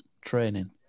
training